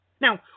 Now